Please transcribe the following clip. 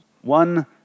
one